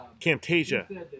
Camtasia